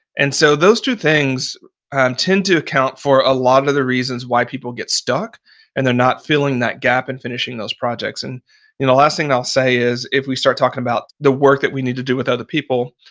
and so, those two things um tend to account for a lot of the reasons why people get stuck and they're not filling that gap and finishing those projects and and the last thing i'll say is if we start talking about the work that we need to do with other people,